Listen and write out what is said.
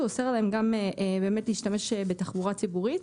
הוא גם אוסר עליהם באמת להשתמש בתחבורה ציבורית.